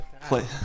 play